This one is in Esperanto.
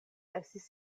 estis